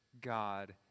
God